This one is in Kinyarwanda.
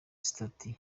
sitati